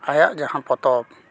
ᱟᱭᱟᱜ ᱡᱟᱦᱟᱸ ᱯᱚᱛᱚᱵ